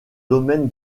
domaine